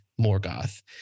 Morgoth